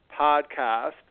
podcast